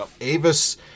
Avis